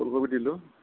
ফুলকবি দিলোঁ